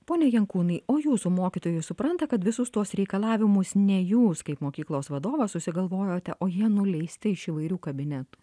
pone jankūnai o jūsų mokytojai supranta kad visus tuos reikalavimus ne jūs kaip mokyklos vadovas susigalvojote o jie nuleisti iš įvairių kabinetų